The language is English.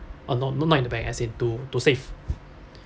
uh not not in the bank as in to to save